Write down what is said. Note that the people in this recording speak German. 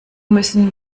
müssen